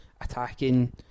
attacking